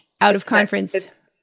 out-of-conference